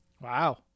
wow